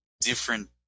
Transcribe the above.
different